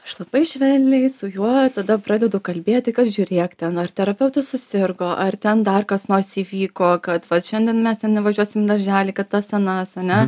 aš labai švelniai su juo tada pradedu kalbėti kad žiūrėk ten ar terapeutas susirgo ar ten dar kas nors įvyko kad vat šiandien mes ten nevažiuosim į darželį kad tas anas ane